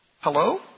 Hello